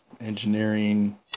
engineering